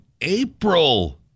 April